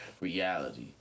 reality